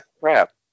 crap